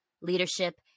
leadership